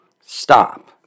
Stop